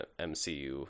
mcu